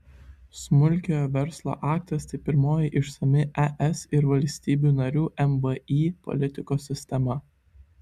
smulkiojo verslo aktas tai pirmoji išsami es ir valstybių narių mvį politikos sistema